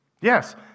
Yes